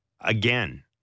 again